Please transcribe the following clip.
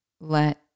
let